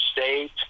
state